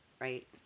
right